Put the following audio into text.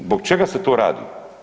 Zbog čega se to radi?